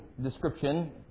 description